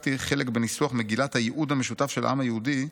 כשלקחתי חלק בניסוח מגילת הייעוד המשותף של העם היהודי"